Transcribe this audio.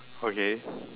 okay